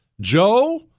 Joe